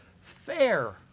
fair